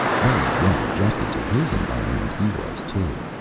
very well adjusted to his environment he was, too.